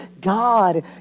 God